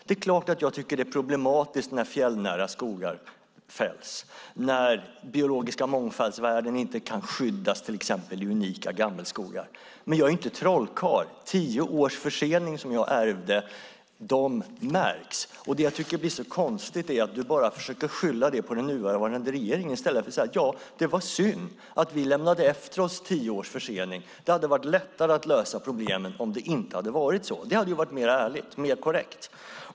Det är klart att jag tycker att det är problematiskt när fjällnära skogar fälls och när värden i form av biologisk mångfald inte kan skyddas i till exempel unika gammelskogar. Men jag är ingen trollkarl; de tio års försening jag ärvde märks. Det jag tycker blir så konstigt är att du bara försöker skylla det på den nuvarande regeringen i stället för att säga: Ja, det var synd att vi lämnade efter oss tio års försening. Det hade varit lättare att lösa problemen om det inte hade varit så. Det hade varit mer ärligt och mer korrekt.